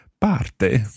Parte